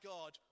God